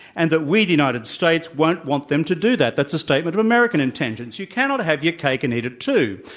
and that we the united states, won't want them to do that. that's a statement of american intentions. you cannot have your cake and eat it too,